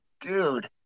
dude